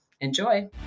Enjoy